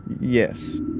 Yes